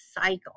cycle